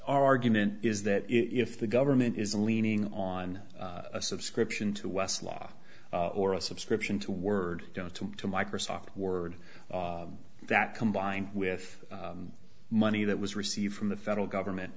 argument is that if the government is leaning on a subscription to west law or a subscription to word go to to microsoft word that combined with money that was received from the federal government